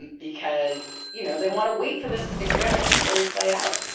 and because you know they want to wait for this experiment to fully play out.